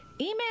Email